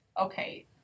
Okay